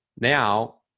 now